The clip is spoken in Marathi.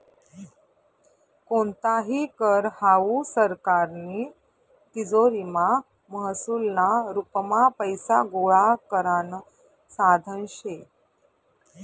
कोणताही कर हावू सरकारनी तिजोरीमा महसूलना रुपमा पैसा गोळा करानं साधन शे